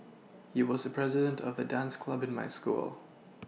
he was the president of the dance club in my school